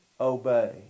obey